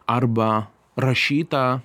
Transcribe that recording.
arba rašytą